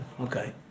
Okay